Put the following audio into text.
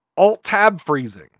Alt-tab-freezing